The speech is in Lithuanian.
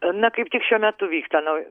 na kaip tik šiuo metu vyksta nau